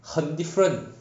很 different